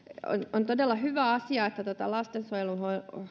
on todella hyvä asia että lastensuojelun